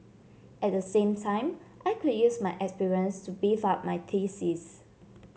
at the same time I could use my experience to beef up my thesis